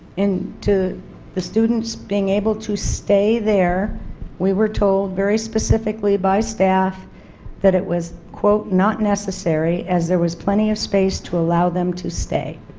and the students being able to stay there we were told very specifically by staff that it was quote not necessary as there was plenty of space to allow them to stay.